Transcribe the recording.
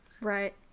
Right